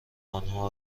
آنها